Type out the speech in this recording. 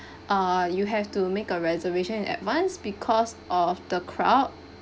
uh you have to make a reservation in advanced because of the crowd